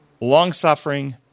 long-suffering